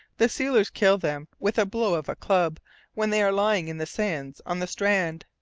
the sealers kill them with a blow of a club when they are lying in the sands on the strand.